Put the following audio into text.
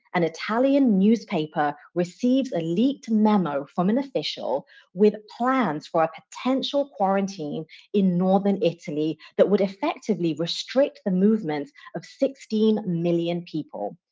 an italian newspaper receives an elite memo from an official with plans for a potential quarantine in northern italy that would effectively restrict the movements of sixteen million people.